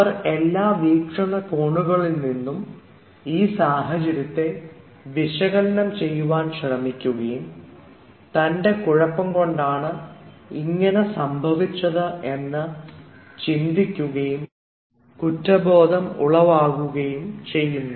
അവർ എല്ലാ വീക്ഷണ കോണുകളിൽ നിന്നും ഈ സാഹചര്യത്തെ വിശകലനം ചെയ്യുവാൻ ശ്രമിക്കുകയും തൻറെ കുഴപ്പം കൊണ്ടാണ് ഇങ്ങനെ സംഭവിച്ചത് എന്ന് ചിന്തിക്കുകയും കുറ്റബോധം ഉളവാകുകയും ചെയ്യുന്നു